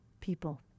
people